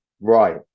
Right